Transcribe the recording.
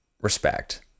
respect